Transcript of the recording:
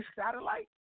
satellite